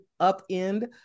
upend